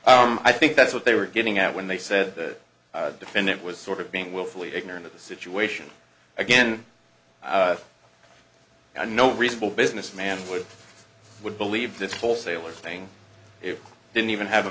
what i think that's what they were getting at when they said that the defendant was sort of being willfully ignorant of the situation again no reason for business man would would believe this wholesaler saying it didn't even have a